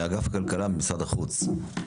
אגף הכלכלה במשרד החוץ.